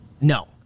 No